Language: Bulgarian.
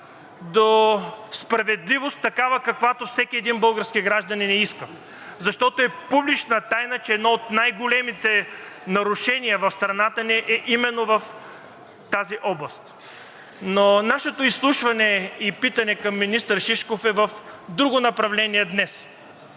до справедливост – такава, каквато всеки един българския гражданин я иска. Защото е публична тайна, че едно от най-големите нарушения в страната ни, е именно в тази област, но нашето изслушване и питане към министър Шишков е в друго направление днес,